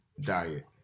diet